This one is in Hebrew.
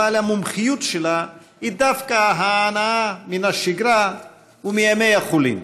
אבל המומחיות שלה היא דווקא ההנאה מן השגרה ומימי החולין.